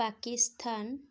Pakistan